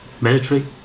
military